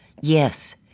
yes